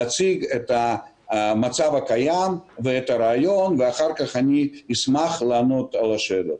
להציג את המצב הקיים ואת הרעיון ואחר כך אשמח לענות על השאלות.